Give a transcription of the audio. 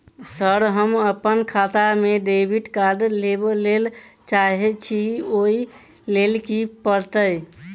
Sir हम अप्पन खाता मे डेबिट कार्ड लेबलेल चाहे छी ओई लेल की परतै?